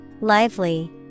Lively